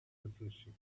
refreshing